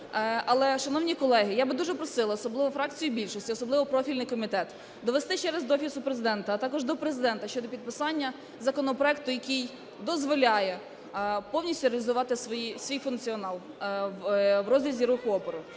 Але, шановні колеги, я би дуже просила, особливо фракцію більшості, особливо профільний комітет, довести ще раз до Офісу Президента, а також до Президента щодо підписання законопроекту, який дозволяє повністю реалізувати свій функціонал в розрізі руху опору.